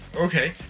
okay